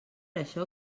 això